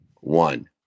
One